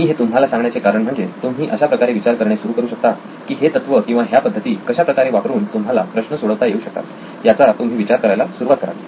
मी हे तुम्हाला सांगण्याचे कारण म्हणजे तुम्ही अशा प्रकारे विचार करणे सुरू करू शकता की हे तत्व किंवा ह्या पद्धती कशाप्रकारे वापरून तुम्हाला प्रश्न सोडवता येऊ शकतात याचा तुम्ही विचार करायला सुरुवात करावी